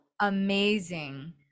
amazing